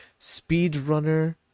speedrunner